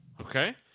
Okay